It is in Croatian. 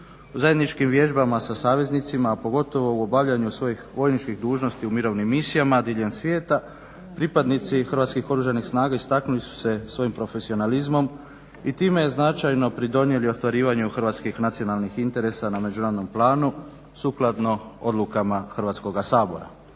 Zajedničkim vježbama sa saveznicima, a pogotovo u obavljanju svojih vojničkih dužnosti u mirovnim misijama diljem svijeta pripadnici Hrvatskih oružanih saga istaknuli su se svojim profesionalizmom i time značajno pridonijeli ostvarivanju hrvatskih nacionalnih interesa na međunarodnom planu sukladno odlukama Hrvatskog sabora.